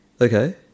Okay